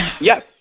Yes